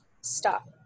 Stop